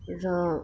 र